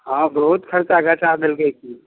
हँ बहुत हल्का झटहा देलकै कि